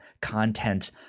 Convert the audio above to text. content